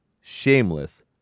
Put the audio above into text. Shameless